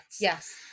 Yes